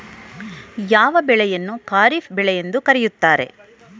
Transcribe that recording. ಯಾವ ಬೆಳೆಯನ್ನು ಖಾರಿಫ್ ಬೆಳೆ ಎಂದು ಕರೆಯುತ್ತಾರೆ?